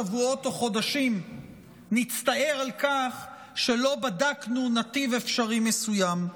שבועות או חודשים נצטער על כך שלא בדקנו נתיב אפשרי מסוים.